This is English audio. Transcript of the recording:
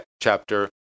chapter